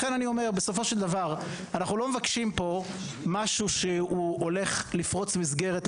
לכן בסופו של דבר אנחנו לא מבקשים פה משהו שהולך לפרוץ מסגרת.